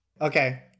Okay